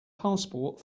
passport